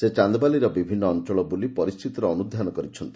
ସେ ଚାଦବାଲିର ବିଭିନ୍ନ ଅଞ୍ଚଳ ବୁଲି ପରିସ୍ଚିତିର ଅନୁଧ୍ଧାନ କରିଛନ୍ତି